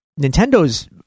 Nintendo's